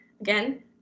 again